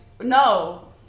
no